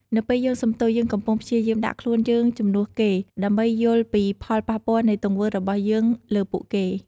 នៅពេលយើងសុំទោស យើងកំពុងព្យាយាមដាក់ខ្លួនយើងជំនួសគេ ដើម្បីយល់ពីផលប៉ះពាល់នៃទង្វើរបស់យើងលើពួកគេ។